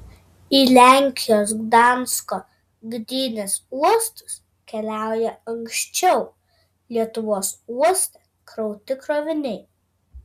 į lenkijos gdansko gdynės uostus keliauja anksčiau lietuvos uoste krauti kroviniai